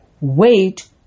Wait